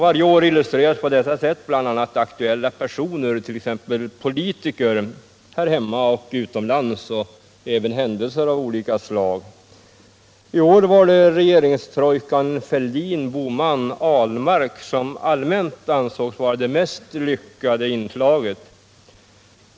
Varje år illustreras på detta sätt bl.a. aktuella personer, t.ex. politiker här hemma och utomlands, och även händelser av olika slag. I år var det regeringstrojkan Fälldin, Bohman och Ahlmark som allmänt ansågs vara det mest lyckade inslaget.